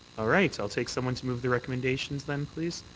all right. i'll take someone to move the recommendations, then, please.